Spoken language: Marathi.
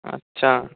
अच्छा